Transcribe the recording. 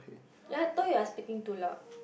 yea I told you you are speaking too loud